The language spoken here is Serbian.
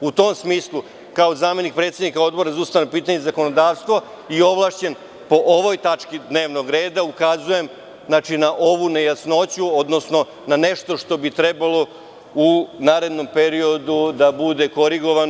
U tom smislu, kao zamenik predsednika Odbora za ustavna pitanja i zakonodavstvo i ovlašćen po ovoj tački dnevnog reda, ukazujem na ovu nejasnoću, odnosno na nešto što bi trebalo u narednom periodu da bude korigovano.